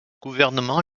gouvernement